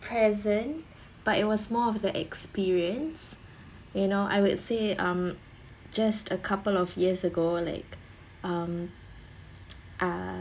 present but it was more of the experience you know I would say um just a couple of years ago like um uh